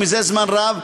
וזה זמן רב,